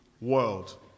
world